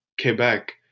Quebec